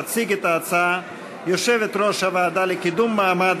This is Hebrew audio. תציג את ההצעה יושבת-ראש הוועדה לקידום מעמד